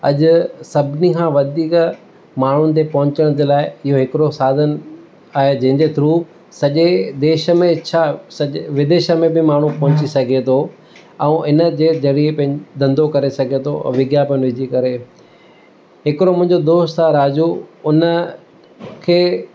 अॼु सभिनी खां वधीक माण्हुनि ते पहुचण जे लाइ इहो हिकिड़ो साधनु आहे जंहिं जे थ्रू सॼे देश में छा सॼे विदेश में बि माण्हू पहुची सघे थो ऐं हिन जे ज़रिए पंहिं धंधो करे सघे थो विज्ञापन विझी करे हिकिड़ो मुंहिंजो दोस्तु आहे राजू हुन खे